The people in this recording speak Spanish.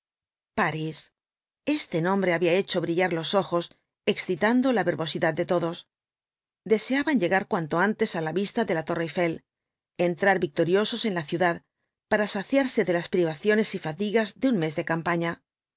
parís este nombre había hecho brillar los ojos excitando la verbosidad de todos deseaban llegar cuanto antes á la vista de la torre eiffel entrar victoriosos en la ciudad para saciarse de las privaciones y fatigas de un mes de campaña